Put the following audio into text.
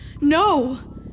No